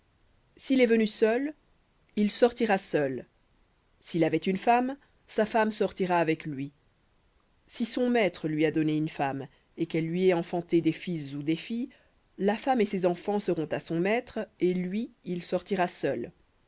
s'il est venu seul il sortira seul s'il avait une femme sa femme sortira avec lui si son maître lui a donné une femme et qu'elle lui ait enfanté des fils ou des filles la femme et ses enfants seront à son maître et lui il sortira seul